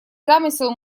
замысел